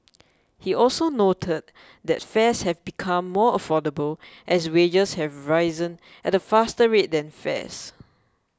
he also noted that fares have become more affordable as wages have risen at a faster rate than fares